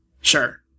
Sure